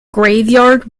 graveyard